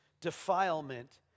defilement